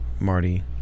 Marty